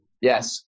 Yes